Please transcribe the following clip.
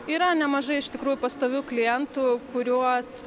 yra nemažai iš tikrųjų pastovių klientų kuriuos